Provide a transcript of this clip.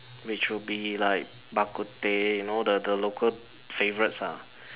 which would be like Bak-Kut-teh you know the the local favourites lah